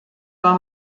war